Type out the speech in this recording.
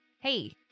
Hey